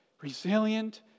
resilient